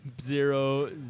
Zero